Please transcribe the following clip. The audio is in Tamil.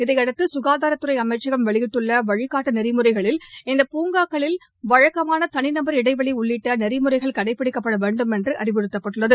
இதையடுத்து சுகாதாரத்துறை அமைச்சகம் வெளியிட்டுள்ள வழிகாட்டு நெறிமுறைகளில் இந்த பூங்னக்களில் வழக்கமாள தனிநபர் இடைவெளி உள்ளிட்ட நெறிமுறைகள் கடைபிடிக்க வேண்டும் என்று அறிவுறுத்தப் பட்டுள்ளது